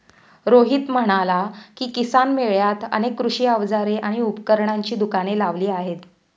रोहित म्हणाला की, किसान मेळ्यात अनेक कृषी अवजारे आणि उपकरणांची दुकाने लावली आहेत